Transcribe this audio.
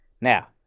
Now